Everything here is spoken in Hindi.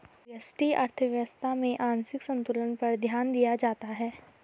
व्यष्टि अर्थशास्त्र में आंशिक संतुलन पर ध्यान दिया जाता है